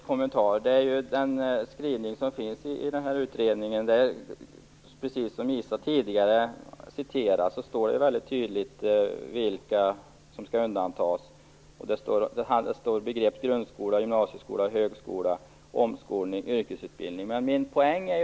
Fru talman! I den skrivning som finns i utredningen står det mycket tydligt vilka som skall undantas, precis som Isa Halvarsson tidigare citerade. Begreppen grundskola, gymnasieskola, högskola, omskolning och yrkesutbildning nämns där.